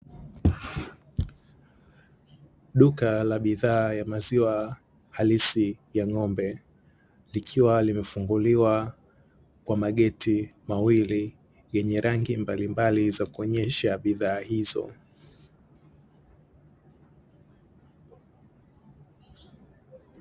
Duka la bidhaa ya maziwa halisi ya ng'ombe likiwa limefunguliwa kwa mageti mawili yenye rangi mbalimbali za kuonyesha bidhaa hizo.